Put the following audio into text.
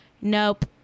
nope